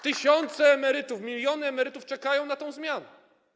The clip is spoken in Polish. Tysiące emerytów, miliony emerytów czekają na tę zmianę.